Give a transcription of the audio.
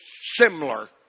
similar